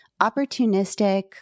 opportunistic